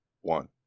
one